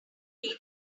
pay